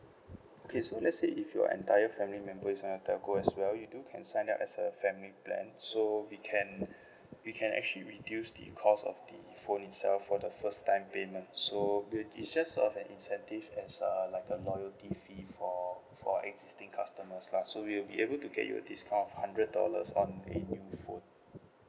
okay so let's say if your entire family members are telco as well you do can sign up as a family plan so we can we can actually reduce the cost of the phone itself for the first time payment so will it's just a of an incentive as a like a loyalty fee for for existing customers lah so we will be able to get you a discount of hundred dollars on the new phone